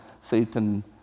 Satan